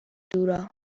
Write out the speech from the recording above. دورا